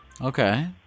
Okay